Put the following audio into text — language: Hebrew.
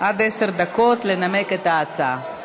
עד עשר דקות לנמק את ההצעה.